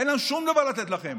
אין לנו שום דבר לתת לכם.